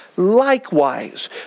likewise